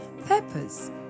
purpose